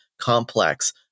complex